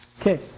Okay